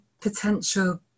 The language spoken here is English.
potential